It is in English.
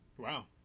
Wow